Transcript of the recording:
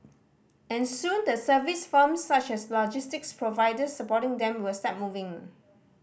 and soon the service firms such as logistics providers supporting them will start moving